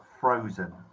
frozen